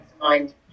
mind